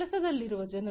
ಕೆಲಸದಲ್ಲಿರುವ ಜನರು